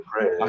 pray